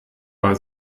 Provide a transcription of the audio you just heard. war